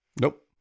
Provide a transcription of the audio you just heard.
nope